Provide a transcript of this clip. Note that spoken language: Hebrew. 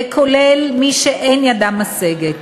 כולל מי שאין ידם משגת.